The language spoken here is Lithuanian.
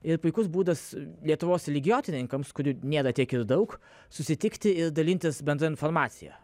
ir puikus būdas lietuvos religijotyrininkams kurių nėra tiek ir daug susitikti ir dalintis bendra informacija